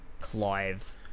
clive